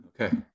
okay